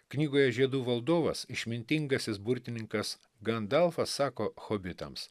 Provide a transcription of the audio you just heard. knygoje žiedų valdovas išmintingasis burtininkas gandalfas sako hobitams